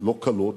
לא קלות,